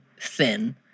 thin